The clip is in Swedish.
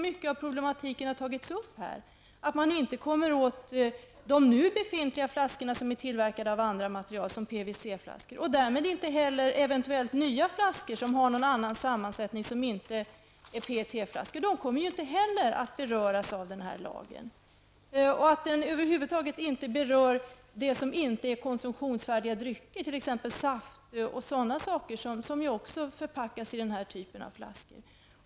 Mycket av problematiken har här tagits upp, såsom att man inte kommer åt de nu befintliga flaskorna som är tillverkade av andra material, t.ex. PVC-flaskorna, och därmed inte heller eventuellt nya flaskor med annan sammansättning än PET-flaskor. Dessa kommer ju inte heller att beröras av den här lagen. Likaså är det inte bra att den över huvud taget inte berör det som inte är konsumtionsfärdiga drycker, t.ex. saft osv., som också förpackas i denna typ av flaskor.